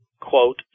quote